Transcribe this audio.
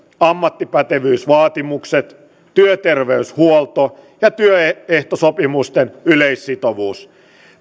ammattipätevyysvaatimukset työterveyshuolto ja työehtosopimusten yleissitovuus